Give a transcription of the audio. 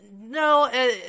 No